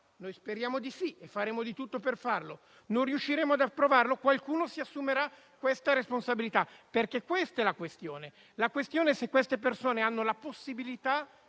Noi speriamo di sì e faremo di tutto per farlo. Non riusciremo ad approvarlo? Qualcuno si assumerà questa responsabilità, perché la questione è se queste persone hanno la possibilità